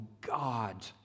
God